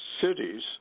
cities